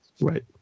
Right